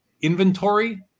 inventory